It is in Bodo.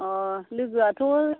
अ' लोगोआथ'